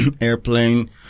airplane